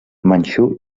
manxú